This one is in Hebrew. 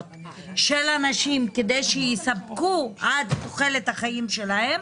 של הנשים כדי שיספקו עד תוחלת החיים שלהן,